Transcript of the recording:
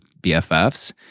BFFs